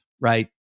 right